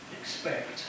expect